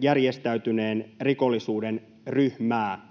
järjestäytyneen rikollisuuden ryhmää